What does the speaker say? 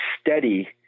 steady